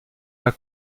pas